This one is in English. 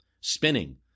Spinning